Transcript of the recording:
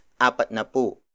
apatnapu